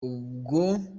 ubwo